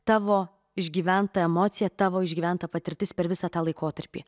tavo išgyventa emocija tavo išgyventa patirtis per visą tą laikotarpį